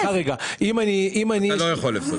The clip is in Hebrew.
אתה לא יכול לפסול